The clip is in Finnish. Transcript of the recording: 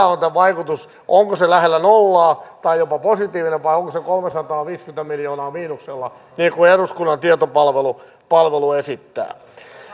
on tämä vaikutus onko se lähellä nollaa tai jopa positiivinen vai onko se kolmesataaviisikymmentä miljoonaa miinuksella niin kuin eduskunnan tietopalvelu esittää